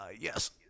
Yes